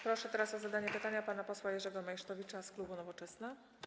Proszę teraz o zadanie pytania pana posła Jerzego Meysztowicza z klubu Nowoczesna.